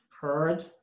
Heard